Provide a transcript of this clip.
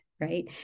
right